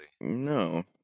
No